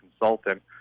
consultant